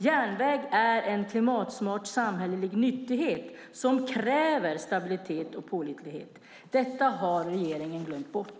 Järnväg är en klimatsmart samhällelig nyttighet som kräver stabilitet och pålitlighet. Detta har regeringen glömt bort.